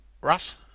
Russ